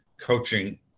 coaching